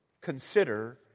consider